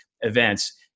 events